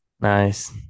Nice